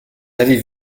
avait